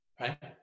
Right